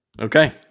Okay